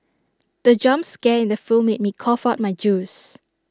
the jump scare in the film made me cough out my juice